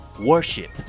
Worship